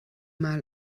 mal